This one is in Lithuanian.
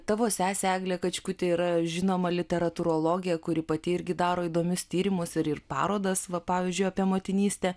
tavo sesė eglė kačkutė yra žinoma literatūrologė kuri pati irgi daro įdomius tyrimus ir ir parodas va pavyzdžiui apie motinystę